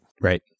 Right